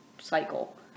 cycle